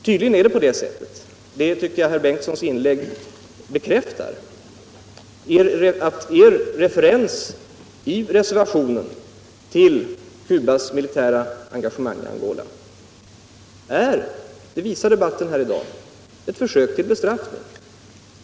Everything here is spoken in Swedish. Tydligen är det så — det tycker jag att herr Bengtsons inlägg bekräftar - att referensen i er reservation vad gäller Cubas militära engagemang i Angola är ett försök till bestraffning.